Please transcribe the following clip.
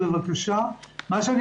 בקושי